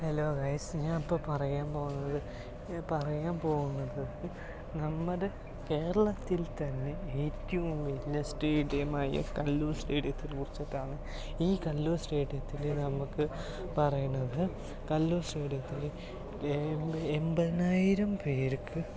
hello guys ഞാൻ ഇപ്പോൾ പറയാൻ പോകുന്നത് പറയാൻ പോകുന്നത് നമ്മുടെ കേരളത്തിൽ തന്നെ ഏറ്റവും വലിയ സ്റ്റേഡിയമായ കല്ലൂർ സ്റ്റേഡിയത്തെക്കുറിച്ചിട്ടാണ് ഈ കല്ലൂർ സ്റ്റേഡിയത്തില് നമുക്ക് പറയണത് കല്ലൂർ സ്റ്റേഡിയത്തില് എൺപതിനായിരം പേർക്ക്